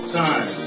time